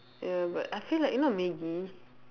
ya but I feel like you know Maggi